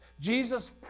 Jesus